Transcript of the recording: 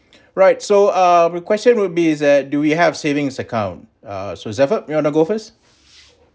right so uh the question would be that do we have savings account so you wanna go first